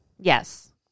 Yes